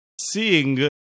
seeing